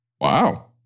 Wow